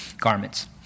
garments